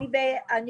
אני